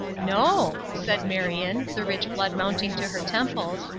no, said marion, the rich blood mounting to her temples,